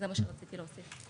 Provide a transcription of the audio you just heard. זה מה שרציתי לומר.